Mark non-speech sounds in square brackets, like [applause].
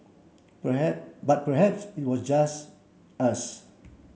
[unintelligible] but perhaps was just us